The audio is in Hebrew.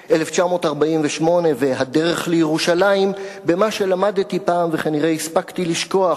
"1948" ו"הדרך לירושלים" במה שלמדתי פעם וכנראה הספקתי לשכוח,